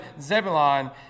Zebulon